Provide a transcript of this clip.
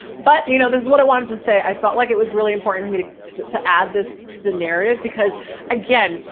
but you know, this is what i wanted to say. i felt like it was really important for me to, to add this to the narrative because again,